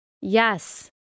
Yes